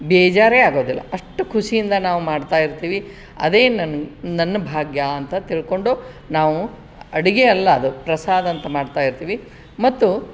ಬೇಜಾರೇ ಆಗೋದಿಲ್ಲ ಅಷ್ಟು ಖುಷಿಯಿಂದ ನಾವು ಮಾಡ್ತಾ ಇರ್ತೀವಿ ಅದೇ ನನ್ನ ನನ್ನ ಭಾಗ್ಯ ಅಂತ ತಿಳ್ಕೊಂಡು ನಾವು ಅಡುಗೆ ಅಲ್ಲ ಅದು ಪ್ರಸಾದ ಅಂತ ಮಾಡ್ತಾ ಇರ್ತೀವಿ ಮತ್ತು